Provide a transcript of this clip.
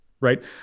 right